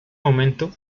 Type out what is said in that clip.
momento